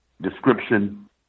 description